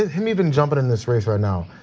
him even jumping in this race right now.